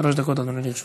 שלוש דקות, אדוני, לרשותך.